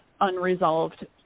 unresolved